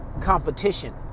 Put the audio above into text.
competition